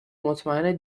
مطمئن